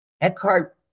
Eckhart